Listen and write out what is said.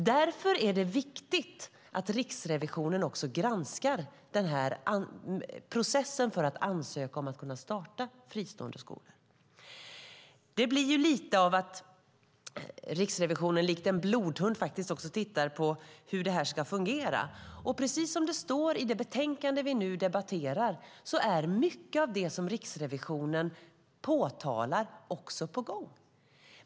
Därför är det viktigt att Riksrevisionen granskar processen för att ansöka om att starta fristående skolor. Det blir lite av att Riksrevisionen likt en blodhund också tittar på hur det ska fungera. Och precis som det står i det betänkande vi nu debatterar är mycket av det som Riksrevisionen påtalar på gång.